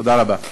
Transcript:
תודה רבה.